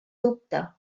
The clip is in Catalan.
dubte